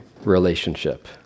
relationship